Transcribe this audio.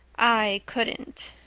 i couldn't,